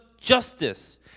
justice